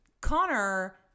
Connor